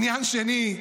עניין שני.